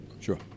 Sure